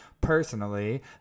personally